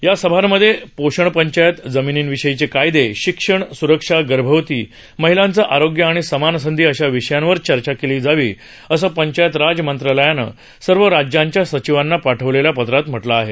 या सभांमध्ये पोषणपंचायत जमिनींविषयीचे कायदे शिक्षण स्रक्षा गर्भवती महिलांचं आरोग्य आणि समान संधी अशा विषयांवर चर्चा केली जावी असं पंचायत राज मंत्रालयानं सर्व राज्यांच्या सचिवांना पाठवलेल्या पत्रात म्हटलं आहे